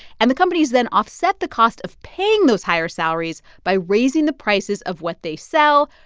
and the companies then offset the cost of paying those higher salaries by raising the prices of what they sell.